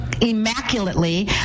immaculately